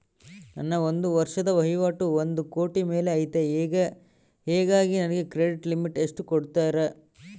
ನನ್ನ ಒಂದು ವರ್ಷದ ವಹಿವಾಟು ಒಂದು ಕೋಟಿ ಮೇಲೆ ಐತೆ ಹೇಗಾಗಿ ನನಗೆ ಕ್ರೆಡಿಟ್ ಲಿಮಿಟ್ ಎಷ್ಟು ಕೊಡ್ತೇರಿ?